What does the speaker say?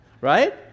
right